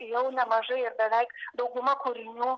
jau nemažai ir beveik dauguma kūrinių